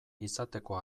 izateko